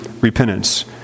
repentance